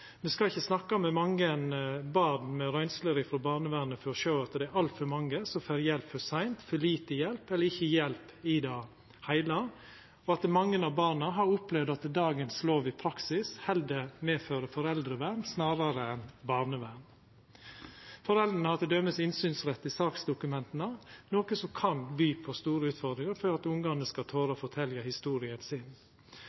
Me skal ikkje snakka med mange barn med røynsler frå barnevernet for å sjå at det er altfor mange som får hjelp for seint, som får for lite hjelp, eller ikkje hjelp i det heile, og at mange av barna har opplevd at dagens lov i praksis heller medfører foreldrevern snarare enn barnevern. Foreldra har t.d. innsynsrett i saksdokumenta, noko som kan by på store utfordringar for at ungane skal